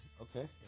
Okay